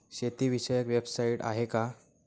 शेतीविषयक वेबसाइट आहे का?